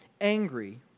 angry